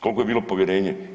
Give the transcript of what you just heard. Koliko je bilo povjerenje.